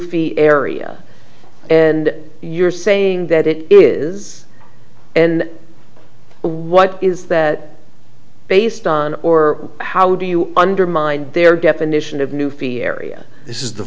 fee area and you're saying that it is and what is that based on or how do you undermine their definition of new fee area this is the